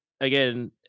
again